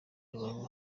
rubavu